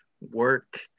work